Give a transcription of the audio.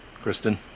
Kristen